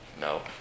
No